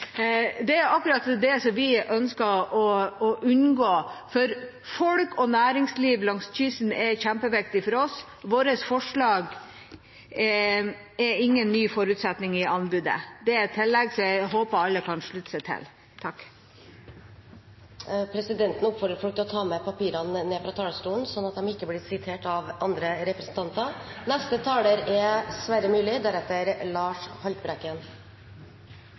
Det er akkurat det vi ønsker å unngå, for folk og næringsliv langs kysten er kjempeviktig for oss. Vårt forslag er ingen ny forutsetning i anbudet. Det er et tillegg som jeg håper alle kan slutte seg til. Presidenten oppfordrer representantene til å ta med papirene ned fra talerstolen, sånn at de ikke blir sitert av andre representanter.